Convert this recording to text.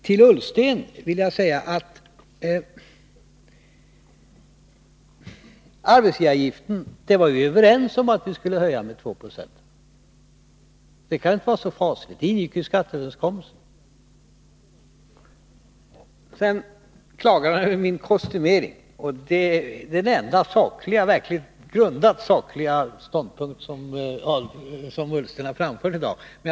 Till Ola Ullsten vill jag säga att vi var ju överens om att vi skulle höja arbetsgivaravgiften med 2 96. Det kan inte vara så fasligt. Det ingick ju i skatteöverenskommelsen. Sedan klagar Ola Ullsten på min kostymering. Jag måste säga att det är den enda sakligt grundade ståndpunkt som Ola Ullsten har framfört här i dag.